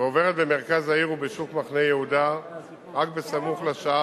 ועוברת במרכז העיר ובשוק מחנה-יהודה רק סמוך לשעה